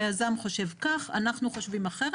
היזם חושב כך, אנחנו חושבים אחרת.